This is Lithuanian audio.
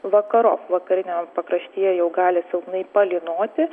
vakarop vakariniame pakraštyje jau gali silpnai palynoti